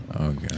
Okay